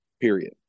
Period